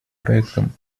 проектам